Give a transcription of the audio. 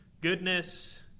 goodness